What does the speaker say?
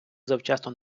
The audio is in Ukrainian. завчасно